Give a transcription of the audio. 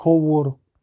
کھووُر